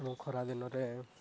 ଖରା ଦିନରେ